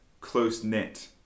close-knit